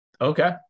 Okay